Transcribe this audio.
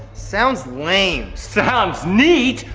sounds lame. sounds neat!